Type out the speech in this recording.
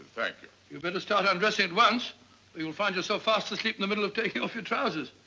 thank you. you better start undressing at once or you'll find yourself fast asleep in the middle of taking off your trousers.